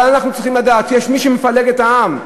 אבל אנחנו צריכים לדעת שיש מי שמפלג את העם,